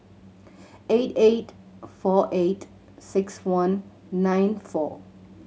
eight eight four eight six one nine four